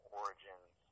origins